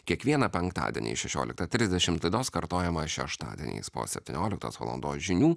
kiekvieną penktadienį šešioliktą trisdešimt laidos kartojimą šeštadieniais po septynioliktos valandos žinių